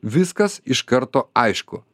viskas iš karto aišku